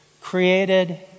created